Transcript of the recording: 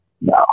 No